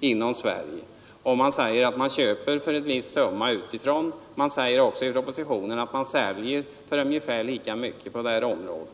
inom Sverige. Det sägs att man köper för en viss summa utifrån och att man säljer för ungefär lika mycket på detta område.